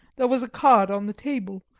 there was a card on the table,